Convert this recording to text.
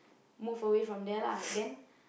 move away from there lah then